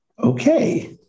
okay